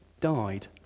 died